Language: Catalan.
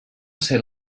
ser